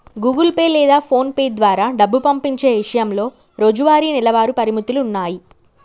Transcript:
Google Pay లేదా పోన్పే ద్వారా డబ్బు పంపించే ఇషయంలో రోజువారీ, నెలవారీ పరిమితులున్నాయి